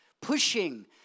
pushing